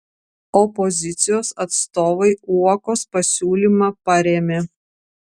opozicijos atstovai uokos pasiūlymą parėmė